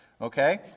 okay